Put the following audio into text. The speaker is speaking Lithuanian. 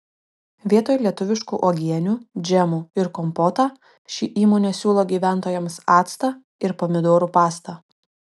vietoj lietuviškų uogienių džemų ir kompotą ši įmonė siūlo gyventojams actą ir pomidorų pastą